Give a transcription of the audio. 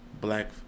Black